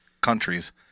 countries